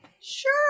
Sure